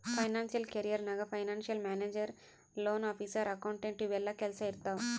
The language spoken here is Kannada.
ಫೈನಾನ್ಸಿಯಲ್ ಕೆರಿಯರ್ ನಾಗ್ financial manager, loan officer, accountant ಇವು ಎಲ್ಲಾ ಕೆಲ್ಸಾ ಇರ್ತಾವ್